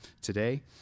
today